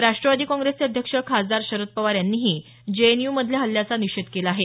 राष्ट्रवादी काँग्रेसचे अध्यक्ष खासदार शरद पवार यांनीही जेएनयूमधल्या हल्ल्याचा निषेध केला आहे